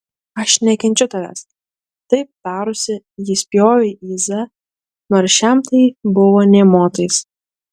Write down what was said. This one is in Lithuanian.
aš nekenčiu tavęs taip tarusi ji spjovė į z nors šiam tai buvo nė motais